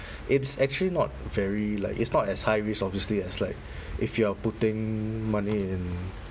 it's actually not very like it's not as high risk obviously as like if you are putting money in